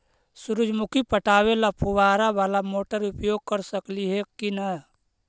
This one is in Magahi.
सुरजमुखी पटावे ल फुबारा बाला मोटर उपयोग कर सकली हे की न?